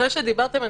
אחרי שדיברתם,